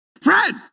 Fred